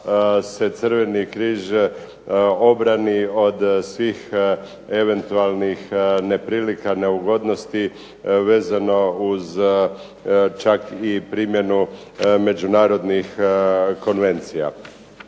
se Crveni križ obrani od svih eventualnih neprilika, neugodnosti vezano uz čak i primjenu međunarodnih konvencija.